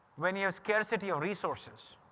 when you have scarcity of resources.